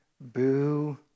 Boo